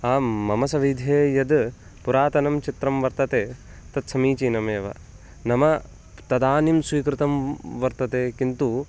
आं मम सविधे यद् पुरातनं चित्रं वर्तते तत् समीचिनमेव नाम तदानीं स्वीकृतं वर्तते किन्तु